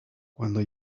cuando